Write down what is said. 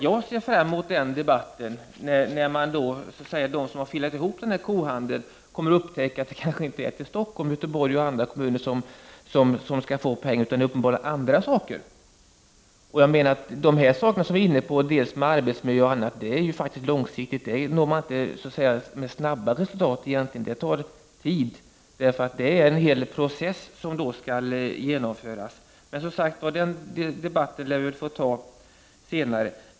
Jag ser fram emot den debatt vi kommer att ha då de som har filat ihop denna kohandel upptäcker att det kanske inte är Stockholm, Göteborg och andra kommuner som skall få pengar. Arbetsmiljö är faktiskt inte någonting där man långsiktigt kan nå snabba resultat egentligen. Det tar tid. Det är en hel process som skall genomföras. Den debatten lär vi få ta senare.